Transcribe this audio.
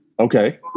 Okay